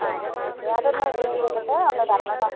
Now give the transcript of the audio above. ആ ആ ഓക്കെ അത് ഒന്ന് ക്ലീൻ ചെയ്തിട്ട് ഒന്ന് പറഞ്ഞോട്ടോ